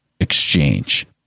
exchange